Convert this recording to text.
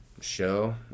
show